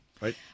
Right